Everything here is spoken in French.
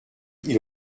ils